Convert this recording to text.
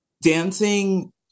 dancing